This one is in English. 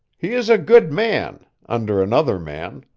he is a good man under another man.